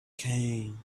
came